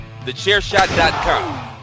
Thechairshot.com